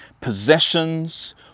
possessions